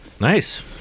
Nice